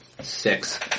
Six